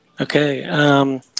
Okay